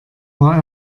war